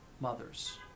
mothers